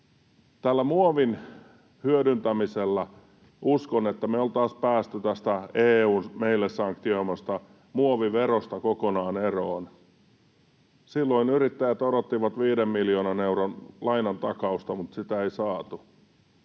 tällä muovin hyödyntämisellä uskon, että me oltaisiin päästy tästä EU:n meille sanktioimasta muoviverosta kokonaan eroon. Silloin yrittäjät odottivat viiden miljoonan euron lainantakausta, mutta sitä ei saatu.